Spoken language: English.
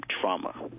trauma